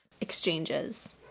exchanges